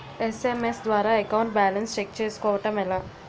SMS ద్వారా account balance check చేసుకోవటం ఎలా?